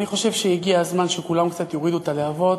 אני חושב שהגיע הזמן שכולם יורידו קצת את הלהבות.